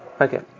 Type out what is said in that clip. Okay